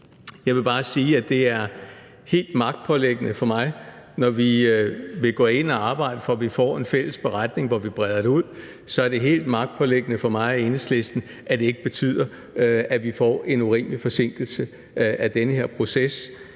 Jeg vil bare sige, at når vi vil gå ind at arbejde for, at vi får en fælles beretning, hvor vi breder det ud, er det helt magtpåliggende for mig og Enhedslisten, at det ikke betyder, at vi får en urimelig forsinkelse af den her proces.